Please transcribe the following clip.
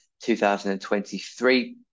2023